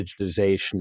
digitization